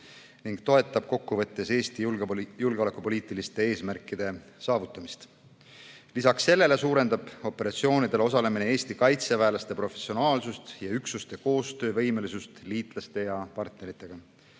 ning toetab kokkuvõttes Eesti julgeolekupoliitiliste eesmärkide saavutamist. Lisaks sellele suurendab operatsioonidel osalemine Eesti kaitseväelaste professionaalsust ja üksuste koostöövõimelisust liitlaste ja partneritega.